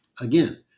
Again